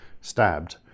stabbed